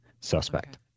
suspect